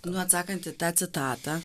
atsakantiį ta citata